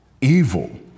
evil